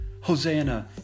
Hosanna